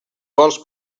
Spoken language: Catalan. vols